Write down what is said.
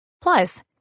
Plus